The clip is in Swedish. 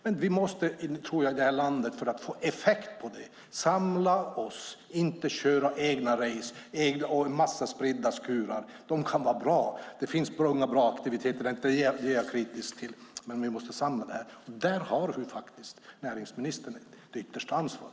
För att det ska bli effekt i det här landet måste vi samla oss, inte köra egna race med en massa spridda skurar. De kan vara bra. Det finns många bra aktiviteter - det är inte dem jag är kritisk mot - men vi måste samla dem. Där har näringsministern ett yttersta ansvar.